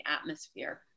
atmosphere